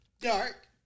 Dark